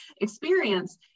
experience